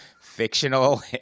Fictional